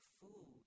food